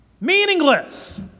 Meaningless